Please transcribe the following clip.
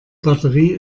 batterie